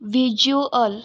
visual